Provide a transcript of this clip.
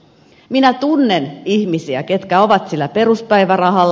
minä tunnen ihmisiä jotka ovat sillä peruspäivärahalla